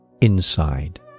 Inside